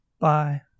Bye